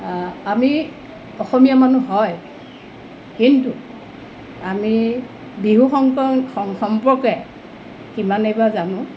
আমি অসমীয়া মানুহ হয় কিন্তু আমি বিহু সংকৰ সম্পৰ্কে কিমানে বা জানো